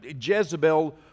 Jezebel